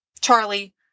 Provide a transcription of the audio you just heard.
Charlie